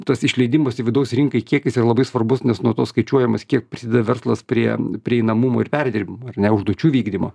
tas išleidimas į vidaus rinkai kiekis yra labai svarbus nes nuo to skaičiuojamas kiek prisideda verslas prie prieinamumo ir perdirbimo ar ne užduočių vykdymo